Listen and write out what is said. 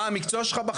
מה המקצוע שלך?